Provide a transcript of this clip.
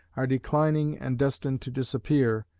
are declining and destined to disappear,